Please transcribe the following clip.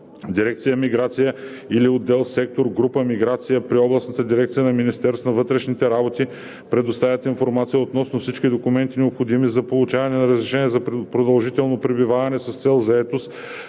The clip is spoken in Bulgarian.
Дирекция „Миграция“ или отдел/сектор/група „Миграция“ при областните дирекции на Министерството на вътрешните работи предоставят информация относно всички документи, необходими за получаване на разрешение за продължително пребиваване с цел заетост